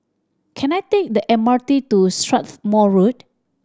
can I take the M R T to Strathmore Road